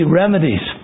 remedies